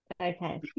Okay